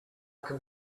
can